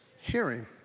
hearing